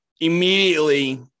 immediately